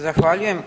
Zahvaljujem.